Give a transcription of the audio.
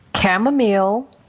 chamomile